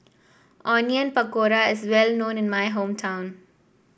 Onion Pakora is well known in my hometown